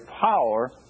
power